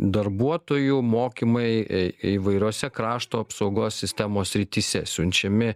darbuotojų mokymai įvairiose krašto apsaugos sistemos srityse siunčiami